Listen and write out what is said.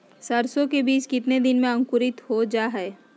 सरसो के बीज कितने दिन में अंकुरीत हो जा हाय?